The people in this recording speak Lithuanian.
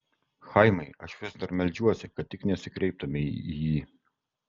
chaimai aš vis dar meldžiuosi kad tik nesikreiptumei į jį